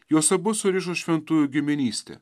juos abu surišo šventųjų giminystė